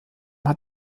hat